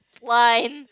whine